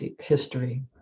history